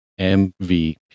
mvp